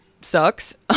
sucks